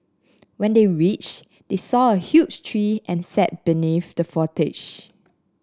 when they reached they saw a huge tree and sat beneath the foliage